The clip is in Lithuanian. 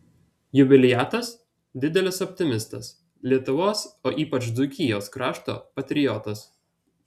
jubiliatas didelis optimistas lietuvos o ypač dzūkijos krašto patriotas